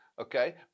okay